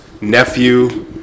nephew